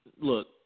look